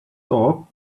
top